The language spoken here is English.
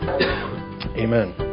Amen